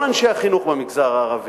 כל אנשי החינוך במגזר הערבי,